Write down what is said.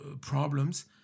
problems